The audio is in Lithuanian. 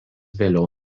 vėliau